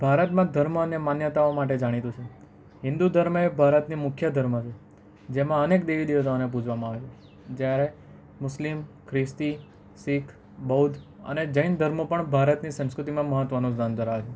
ભારતમાં ધર્મ અને માન્યતાઓ માટે જાણીતું છે હિન્દુ ધર્મ એ ભારતની મુખ્ય ધર્મ છે જેમાં અનેક દેવી દેવતાઓને પૂજવામાં આવે છે જ્યારે મુસ્લિમ ખ્રિસ્તી શીખ બૌદ્ધ અને જૈન ધર્મ પણ ભારતની સંસ્કૃતિમાં મહત્ત્વનો સ્થાન ધરાવે છે